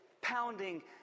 pounding